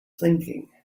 thinking